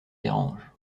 dérange